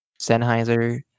sennheiser